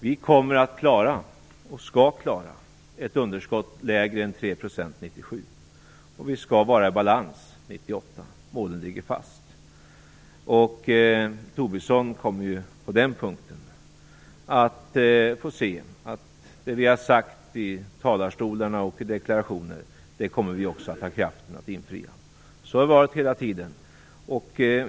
Vi kommer att klara, och skall klara, ett underskott lägre än 3 % 1997. Vi skall vara i balans 1998. Målen ligger fast. Tobisson kommer på den punkten att få se att det vi har sagt i talarstolarna och i deklarationer kommer vi också att ha kraften att infria. Så har det varit hela tiden.